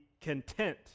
content